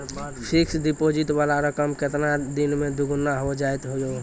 Fixed deposit वाला रकम केतना दिन मे दुगूना हो जाएत यो?